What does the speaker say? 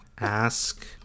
Ask